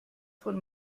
von